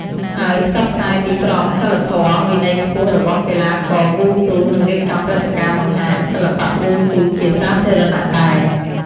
ហើយផ្សព្វផ្សាយពីក្រមសីលធម៌ វិន័យខ្ពស់របស់កីឡាករវ៉ូស៊ូនឹងរៀបចំព្រឹត្តិការណ៍បង្ហាញសិល្បៈវ៉ូស៊ូជាសាធារណៈដែរ។